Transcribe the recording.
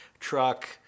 Truck